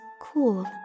cool